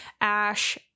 Ash